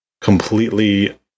completely